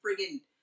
friggin